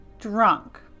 drunk